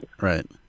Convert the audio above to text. Right